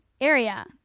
area